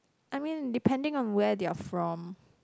I mean depending on where they are from